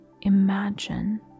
imagine